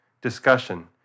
discussion